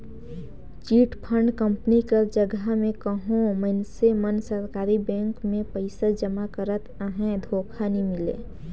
chit fund company कर जगहा में कहों मइनसे मन सरकारी बेंक में पइसा जमा करत अहें धोखा नी मिले